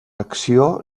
acció